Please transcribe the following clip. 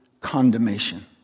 condemnation